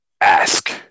ask